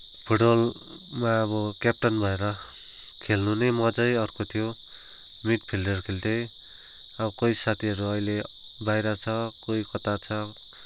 फुटबलमा अब क्याप्टन भएर खेल्नु नै मजै अर्को थियो मिडफिल्डर खेल्थेंँ अब कोही साथीहरू अहिले बाहिर छ कोही कता छ